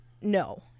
no